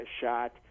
shot